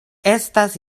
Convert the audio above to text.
estas